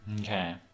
Okay